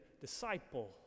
disciple